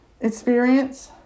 experience